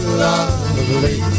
lovely